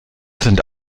sind